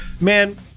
Man